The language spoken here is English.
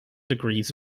degrees